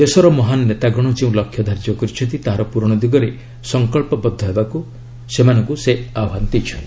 ଦେଶର ମହାନ ନେତାଗଣ ଯେଉଁ ଲକ୍ଷ୍ୟ ଧାର୍ଯ୍ୟ କରିଛନ୍ତି ତାହାର ପୂରଣ ଦିଗରେ ସଂକଳ୍ପବଦ୍ଧ ହେବାକୁ ସେମାନଙ୍କୁ ସେ ଆହ୍ୱାନ ଦେଇଛନ୍ତି